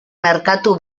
merkatu